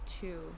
two